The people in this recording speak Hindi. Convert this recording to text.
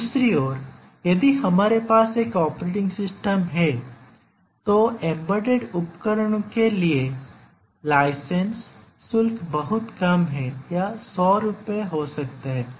दूसरी ओर यदि हमारे पास एक ऑपरेटिंग सिस्टम है तो एम्बेडेड उपकरणों के लिए लाइसेंस शुल्क बहुत कम है या 100 रुपये हो सकता है